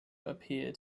appeared